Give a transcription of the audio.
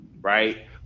Right